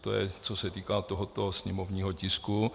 To je, co se týká tohoto sněmovního tisku.